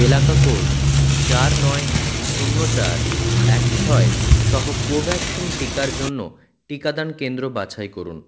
এলাকা কোড চার নয় শূন্য চার এক ছয় সহ কোভ্যাক্সিন টিকার জন্য টিকাদান কেন্দ্র বাছাই করুন